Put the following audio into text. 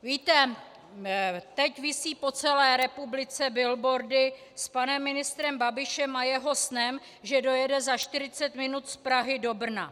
Víte, teď visí po celé republice billboardy s panem ministrem Babišem a jeho snem, že dojede za 40 minut z Prahy do Brna.